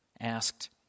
asked